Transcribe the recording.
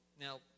Now